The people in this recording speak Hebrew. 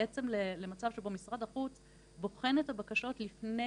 בעצם למצב שבו משרד החוץ בוחן את הבקשות לפני